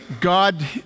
God